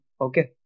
okay